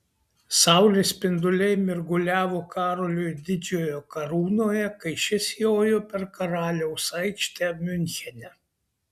saulės spinduliai mirguliavo karolio didžiojo karūnoje kai šis jojo per karaliaus aikštę miunchene